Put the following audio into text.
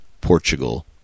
Portugal